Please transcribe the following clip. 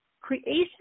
creation